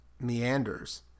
meanders